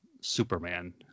superman